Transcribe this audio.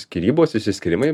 skyrybos išsiskyrimai